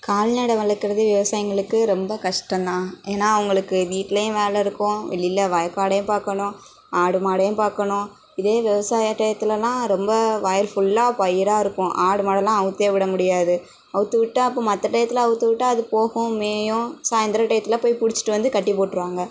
கால்நடை வளர்க்குறது விவசாயிங்களுக்கு ரொம்ப கஷ்டந்தான் ஏன்னா அவங்களுக்கு வீட்டிலையும் வேலை இருக்கும் வெளியில வயக்காடையும் பார்க்கணும் ஆடு மாடையும் பார்க்கணும் இதே விவசாய டயத்துலலாம் ரொம்ப வயல் ஃபுல்லா பயிராக இருக்கும் ஆடு மாடுலாம் அவித்தே விட முடியாது அவித்து விட்டால் அப்போ மற்ற டயத்தில் அவித்து விட்டால் அது போகும் மேயும் சாய்ந்தர டயத்தில் போய் பிடிச்சிட்டு வந்து கட்டிப் போட்டிருவாங்க